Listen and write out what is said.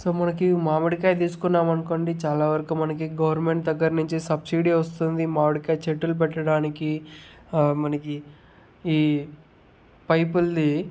so మనకి మామిడికాయ తీసుకున్నాం అనుకోండి చాలా వరకు మనకి గవర్నమెంట్ దగ్గర నుంచి సబ్సిడీ వస్తుంది మామిడికాయ చెట్లు పెట్టడానికి మనకి ఈ పైపులది